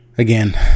Again